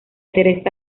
teresa